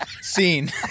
Scene